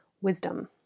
wisdom